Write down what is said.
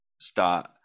start